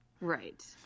Right